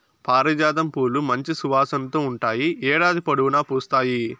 పారిజాతం పూలు మంచి సువాసనతో ఉంటాయి, ఏడాది పొడవునా పూస్తాయి